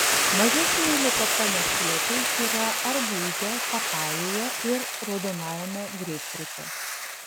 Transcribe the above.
mažesni likopeno kiekiai yra arbūze papajoje ir raudonajame greipfrute